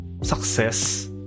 success